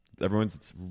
Everyone's